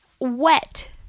Wet